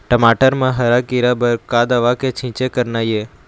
टमाटर म हरा किरा बर का दवा के छींचे करना ये?